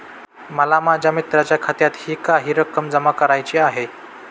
मला माझ्या मित्राच्या खात्यातही काही रक्कम जमा करायची आहे